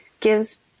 gives